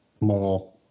more